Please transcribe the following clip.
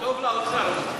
זה טוב לאוצר, המצב הזה.